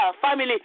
family